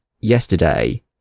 yesterday